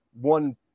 one